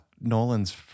Nolan's